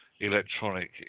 electronic